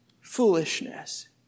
foolishness